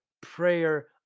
prayer